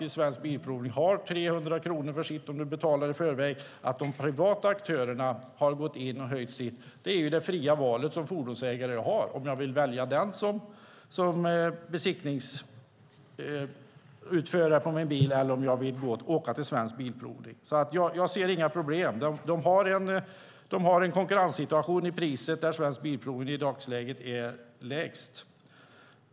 Svensk Bilprovning tar 300 kronor om man betalar i förväg. Om de privata aktörerna har höjt priset har ändå fordonsägaren det fria valet. Jag kan välja om jag vill att en privat aktör ska utföra besiktningen på min bil eller om jag vill åka till Svensk Bilprovning. Jag ser inga problem. De har en konkurrenssituation i priset, och där är Svensk Bilprovning lägst i dag.